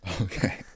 Okay